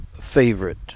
favorite